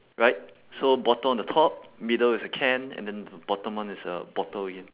right so bottle on the top middle is a can and then bottom one is a bottle again